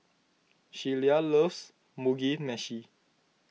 Shelia loves Mugi Meshi